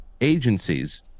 agencies